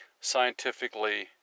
scientifically